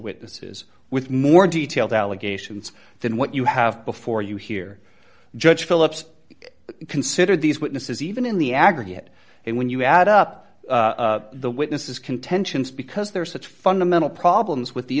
witnesses with more details allegations than what you have before you here judge phillips consider these witnesses even in the aggregate and when you add up the witnesses contentions because there is such fundamental problems with the